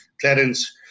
Clarence